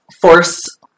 force